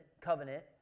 covenant